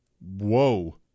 whoa